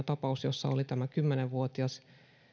tapaus jossa oli tämä kymmenen vuotias